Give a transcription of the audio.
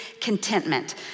contentment